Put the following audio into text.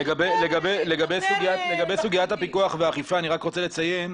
לגבי סוגיית הפיקוח והאכיפה אני רק רוצה לציין,